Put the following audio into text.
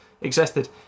existed